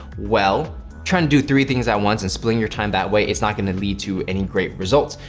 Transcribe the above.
well try and do three things at once and splitting your time that way it's not gonna lead to any great results.